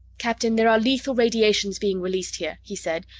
captain, there are lethal radiations being released here, he said.